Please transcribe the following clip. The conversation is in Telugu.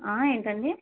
ఏంటండి